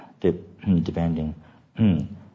Depending